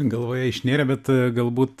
galvoje išnėrė bet galbūt